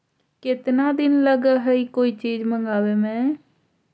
केतना दिन लगहइ कोई चीज मँगवावे में?